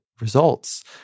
results